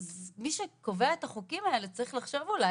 מי שקובע את החוקים האלה צריך לחשוב על זה.